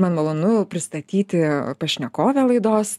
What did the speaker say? man malonu pristatyti pašnekovę laidos